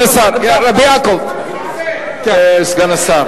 סגן השר, רבי יעקב, סגן השר.